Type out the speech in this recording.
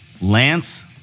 Lance